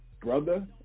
Brother